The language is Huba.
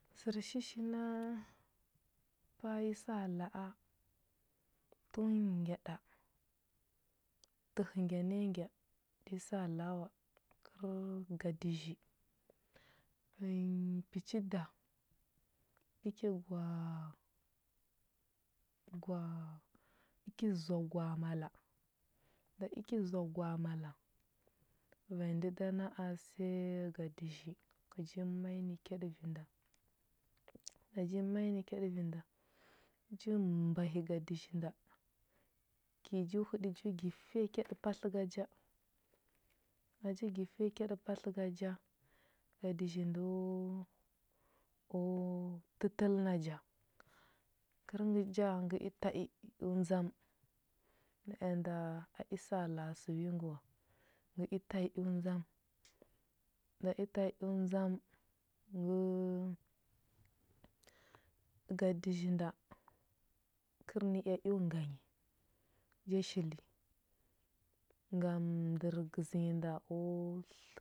Sərshishi na pa a yi sa la a, tun ngya ɗa dəhə ngya na yi ngya, da yi sa la a wa, kər gadəzhi. Vanyi pəchi da yi ki gwa a gwa a i ki zoa gwa a mala. Nda i ki zoa gwa a mala. Vanyi ndə da na a səya gadəzhi. ngə ji ma i nə yaɗə vi nda, nda ji ma i nə kyaɗə vi nda, ji mbahi gadəzhi nda. kə i jo həɗə ju gi fiya kyaɗə patləga ja, nda ji gi fiya kyaɗə patləga ja, gadəzhi ndo o o tətəl na ja. Kər ngə ja, ngə i ta i eo ndzam, naea nda a i saa la a sə wi ngə wa. Ngə i ta i eo ndzam, nda i ta i eo ndzam, ngə gadəzhi nda, kərnəea eo nga nyi, ja shili ngam ndər gəzə nyi nda o